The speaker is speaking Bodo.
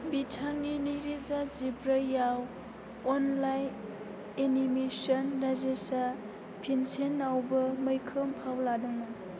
बिथांनि नैरोजा जिब्रैआव अनलाइन एनिमेसन राजेसा फिनसेनआवबो मैखोम फाव लादोंमोन